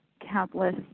countless